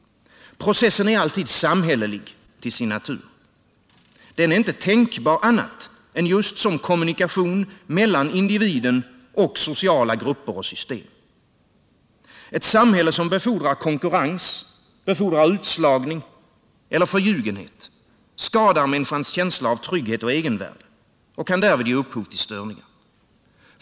Processen är alltid samhällelig till sin natur. Den är inte tänkbar annat än just som kommunikation mellan individen och sociala grupper och system. Ett samhälle som befordrar konkurrens, utslagning eller förljugenhet skadar människans känsla av trygghet och egenvärde och kan därvid ge upphov till störningar.